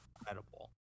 incredible